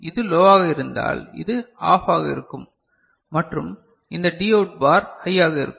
இது லோவாக இருந்தால் இது ஆஃப் ஆக இருக்கும் மற்றும் இந்த Dஅவுட் பார் ஹையாக இருக்கும்